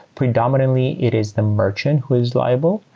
predominantly, it is the merchant who is liable.